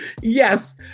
Yes